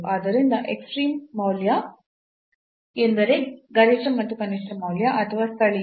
ಆದ್ದರಿಂದ ಎಕ್ಸ್ಟ್ರೀಮ್ ಮೌಲ್ಯ ಎಂದರೆ ಗರಿಷ್ಠ ಮತ್ತು ಕನಿಷ್ಠ ಮೌಲ್ಯ ಅಥವಾ ಸ್ಥಳೀಯ